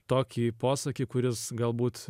tokį posakį kuris galbūt